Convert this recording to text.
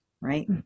Right